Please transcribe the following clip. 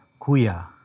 Kuya